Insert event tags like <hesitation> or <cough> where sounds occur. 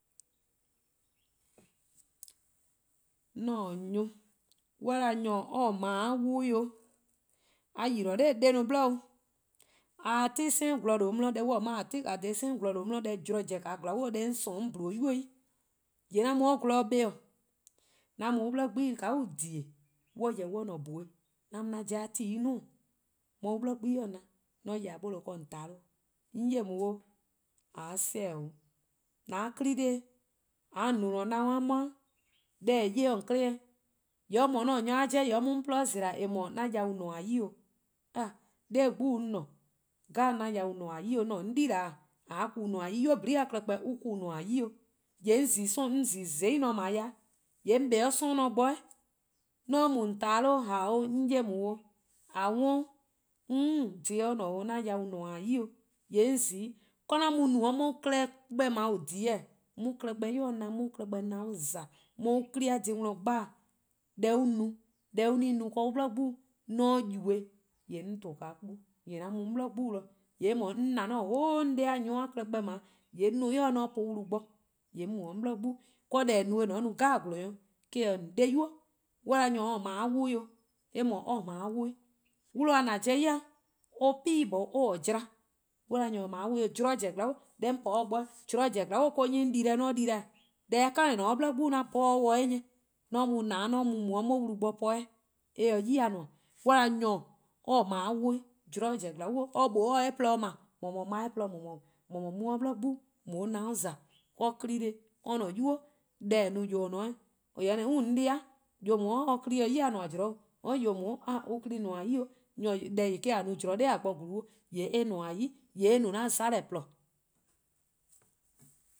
'An nyor+, :mor on 'da nyor :daa or :ne mor-: an 'wluh 'o a :yi 'noror' 'de bli, 'de a ye 'de same gwlor :due' 'di ti, deh on :ne 'mor-: :a ti-a dha same :gwlor :due' 'di deh zorn zen-a :naa zorn bo 'on :sorn-a 'on :dle-a 'yi-dih, :yee' 'an mu 'de gwlor ken 'kpa-' 'an mu 'de on 'ble 'gbu+ deh+-dih, an :yeh :ne :bhue' 'an mu 'an 'jeh-a' ti-' 'duo: 'on 'hye an-a' 'gbu+ bo-dih :na, :mor 'on :yeh :nor ken :yee' 'on 'da zorn zen 'o, 'on 'yo on 'o :an seh-' 'o, :an 'kpa 'dee', :ka :on no :an-a' 'nyinor-a 'mo-a :eh, deh :eh 'ye-dih-a :on 'kle eh 'nyne eh. :yee' or :mor 'an nyor-a 'jeh or mu 'on :gwluhuh' zela: :eh :mor 'an yau :nmor-' 'yi 'o, 'ah! 'Nor 'gbu 'on :ne-a deh 'jeh 'an ku :nmor-' 'yi 'o, 'on mor-: 'an yibeor-: :a 'ku :nmor-' 'yi 'o, 'nynuu: :nyene'-a klehkpeh an-a' ku :nmor-' 'yi 'o. <hesitation> :yee' 'on zi :zai' nor-dih, :yee' 'on 'kpa 'de 'sororn' nor bo 'weh, :mor 'on mu :on taa 'de 'wluh 'o :ao' 'on 'ye on 'o, :a 'worn'de 'kei: dhih se 'de :ne 'o 'an yau :nmor-' 'yi 'o, :yee' 'on zi-'. :ka 'an mu no 'on klehkpeh 'on 'ye an-a' klehkpeh :on :dhie:-a 'o 'on 'ye an-a' klehkpeh 'yi-dih :na 'on 'ye an-a' klrhkpeh nyinor-' :za 'on 'ye an-'a 'kpa+-a dhih-dih dhele:. Deh an no-a, deh an-' no 'de on 'bli 'gbu :mor 'on yubo-eh, :yee' 'on to 'o 'kpuh 'an mu 'de 'on 'bli 'gbu de. :yee' :mor 'on :na 'an-a' whole 'on 'de-a nyor+ klehkpeh :dao' bo 'on po-uh wlu bo, :yee' 'on mu 'de 'on 'bli 'gbu. Deh :eh no-eh 'de :an no-a nyor 'jeh eh 'o. 'An 'de-di' :boi', :mor 'on 'da nyor :daa or :ne mor-' 'a 'aluh 'o, :yee' eh :mor or-: mor-: a 'wluh-'. "Wluh-a :daa :an pobo-a ya or 'pin-' jorwor: or-: :jla. :mor on nyor :daa or :ne mor-' a 'wluh 'o :mor 'zorn zen zorn bo, deh 'on po 'de or bo-dih :eh, zorn zen-a glaa'on or-: 'nyi 'on dii-deh 'an di-deh :e, deh-a kind :eh :ne 'de or 'ble 'gbu 'an 'bhorn-dih :eh :eh :korn dhih an mu na-' 'on 'ye 'de or bo 'gbu mu :eh, eh se 'yi-dih :nmor. :mor 'on 'da nyor :daa or :ne mor-: a 'wluh, :mor zorn zen zorn bo, or :mlor or se-eh :porluh 'be but :mor 'ye-eh :porluh 'ble, <hesitation> :mor 'ye 'de or 'ble 'gbu mu :on 'ye or 'nyinor :za, or 'kpa+ 'de-e' or-a'a: 'nynuu: :eh no :yor :ne-a 'o :eh, :yee' or 'da 'kei: 'an 'de-di' :yor :daa or 'kpa+ se 'yi-dih :nmor zean' 'o, :or :yor :daa or 'kpa+ se 'yi-dih :nmor zean' 'o, deh :yeh :daa eh-: :a no zean' 'noror' :a bo :gluun 'o, :yee' eh :nmor-' 'yi :yee' eh no 'an 'mona: :porluh